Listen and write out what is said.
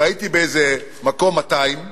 ראיתי באיזה מקום 200,